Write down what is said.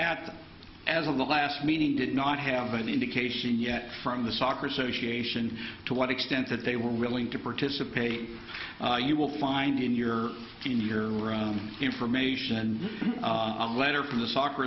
act as a last meeting did not have an indication yet from the soccer association to what extent that they were willing to participate you will find in your in your information and a letter from the soccer